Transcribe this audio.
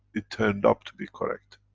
it turned up to be correct.